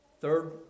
Third